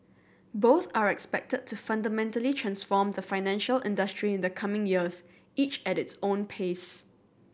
both are expected to fundamentally transform the financial industry in the coming years each at its own pace